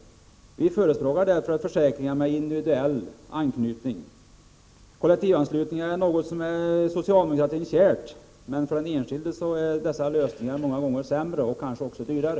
Vi förespråkar därför försäkringar med individuell anslutning. Kollektivanslutningar är något som är socialdemokratin kärt, men för den enskilde är dessa lösningar många gånger sämre, kanske också dyrare.